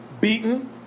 beaten